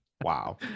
Wow